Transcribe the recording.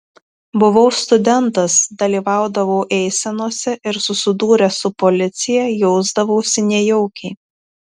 buvau studentas dalyvaudavau eisenose ir susidūręs su policija jausdavausi nejaukiai